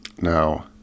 Now